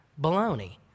Baloney